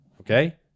Okay